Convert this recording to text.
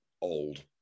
old